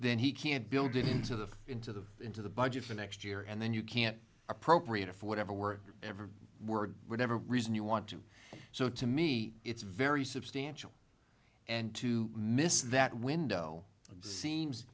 then he can't build it into the into the into the budget for next year and then you can't appropriate for whatever word every word whatever reason you want to so to me it's very substantial and to miss that window seems